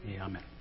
Amen